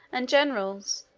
and generals.